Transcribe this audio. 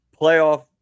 Playoff